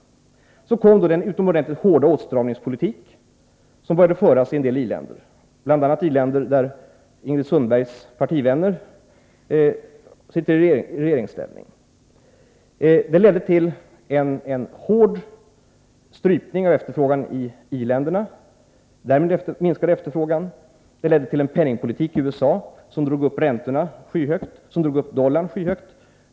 Sedan kom den utomordentligt hårda åtstramningspolitik som började föras i en del länder, bl.a. av i-länder där Ingrid Sundbergs partivänner sitter i regeringsställning. Det ledde till en hård strypning av efterfrågan i i-länderna, och det ledde till en penningpolitik i USA som drog upp räntorna och därmed dollarkursen skyhögt.